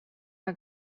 are